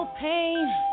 pain